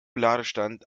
ladestand